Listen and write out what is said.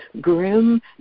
grim